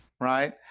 right